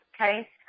okay